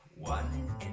One